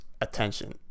attention